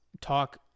talk